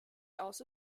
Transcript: also